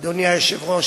אדוני היושב-ראש,